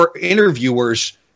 interviewers